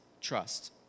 trust